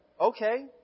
Okay